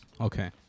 Okay